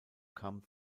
come